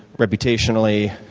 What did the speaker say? reputationally,